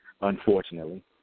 unfortunately